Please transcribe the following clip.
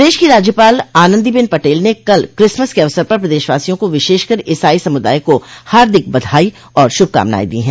प्रदेश की राज्यपाल आनंदी बेन पटेल ने कल किसमस के अवसर पर प्रदेशवासियों को विशेषकर ईसाई समुदाय को हार्दिक बधाई और शुभकामनाएं दी है